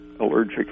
allergic